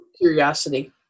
curiosity